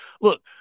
look